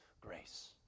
grace